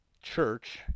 church